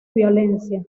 violencia